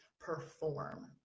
perform